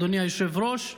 אדוני היושב-ראש,